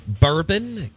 bourbon